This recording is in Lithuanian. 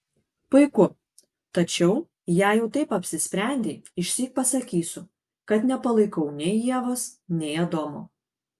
puiku tačiau jei jau taip apsisprendei išsyk pasakysiu kad nepalaikau nei ievos nei adomo